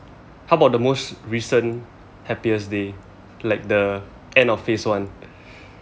how about the most recent happiest day like the end of phase one